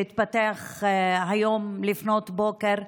שהתפתח היום לפנות בוקר,